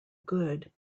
good